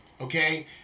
Okay